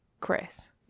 Chris